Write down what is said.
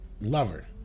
lover